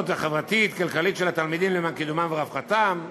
החברתית-כלכלית של התלמידים למען קידומם ורווחתם,